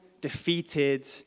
defeated